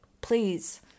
Please